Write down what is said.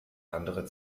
andere